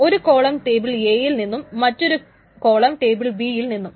ഒരു column table A യിൽ നിന്നും മറ്റൊരു കോളം ടേബിൾ B യിൽ നിന്നും